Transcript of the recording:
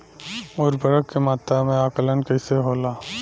उर्वरक के मात्रा में आकलन कईसे होला?